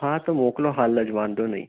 હા તો મોકલો હાલ જ વાંધો નહીં